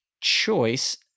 choice